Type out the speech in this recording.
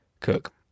cook